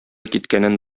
киткәнен